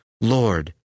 Lord